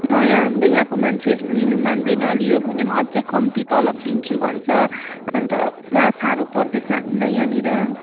नयाँ हाम्रो यहाँको मान्छेहरू लिनु मान्दैन लियो भने पनि अझै कम्ती तलब दिन्छु भन्छ अन्त पुरा साह्रो पर्दैछ हामीलाई यहाँनिर